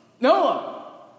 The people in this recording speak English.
Noah